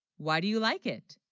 why, do you like it